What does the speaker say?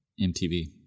MTV